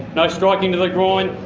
no striking to the groin,